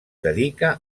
dedica